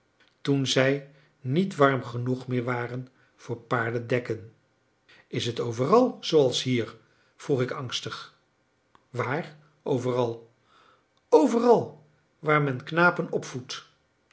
toen zij niet warm genoeg meer waren voor paardendekken is het overal zooals hier vroeg ik angstig waar overal overal waar men knapen opvoedt